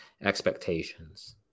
expectations